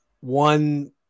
one